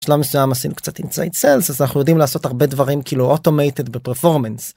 משלב מסוים עשינו קצת אינסייד סלס אז אנחנו יודעים לעשות הרבה דברים כאילו automated בפרפורמנס.